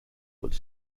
would